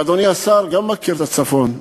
ואדוני השר גם מכיר את הצפון,